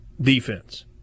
defense